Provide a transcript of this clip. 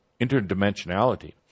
interdimensionality